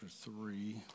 three